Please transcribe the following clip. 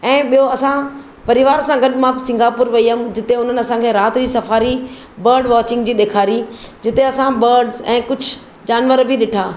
ऐं ॿियो असां परिवार सां गॾु मां सिंगापुर वई हुयमि जिते उन्हनि असांखे राति जी सफ़ारी बर्ड वाचींग जी ॾेखारी जिते असां बर्ड्स ऐं कुझु जानवर बि ॾिठा